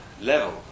level